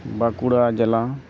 ᱵᱟᱸᱠᱩᱲᱟ ᱡᱮᱞᱟ